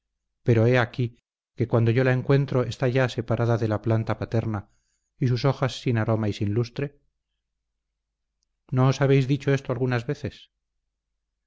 pero he aquí que cuando yo la encuentro está ya separada de la planta paterna y sus hojas sin aroma y sin lustre no os habéis dicho esto algunas veces